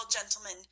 gentlemen